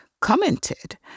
commented